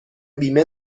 بیمه